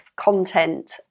content